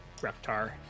Reptar